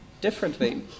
differently